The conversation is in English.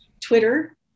Twitter